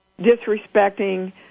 disrespecting